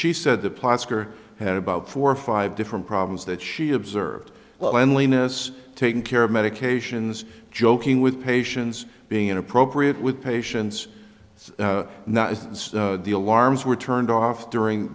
she said the plaster had about four or five different problems that she observed when lena's taken care of medications joking with patients being inappropriate with patients not as the alarms were turned off during